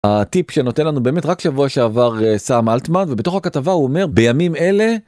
הטיפ שנותן לנו באמת רק שבוע שעבר סם אלתמן ובתוך הכתבה הוא אומר בימים אלה.